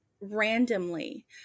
randomly